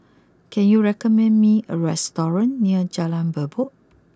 can you recommend me a restaurant near Jalan Merbok